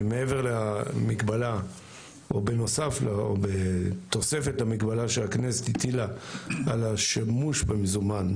מעבר למגבלה או בתוספת המגבלה שהכנסת הטילה על השימוש במזומן